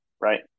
right